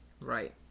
Right